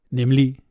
nemlig